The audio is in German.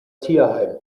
tierheim